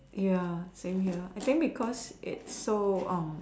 ya same here I think because it's so um